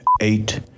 eight